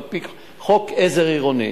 על-פי חוק עזר עירוני.